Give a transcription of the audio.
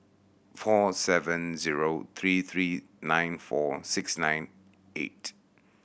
four seven zero three three nine four six nine eight